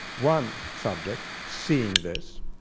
one subject seeing this,